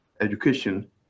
education